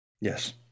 Yes